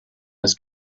his